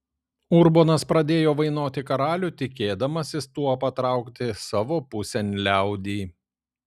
urbonas pradėjo vainoti karalių tikėdamasis tuo patraukti savo pusėn liaudį